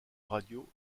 radio